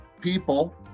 people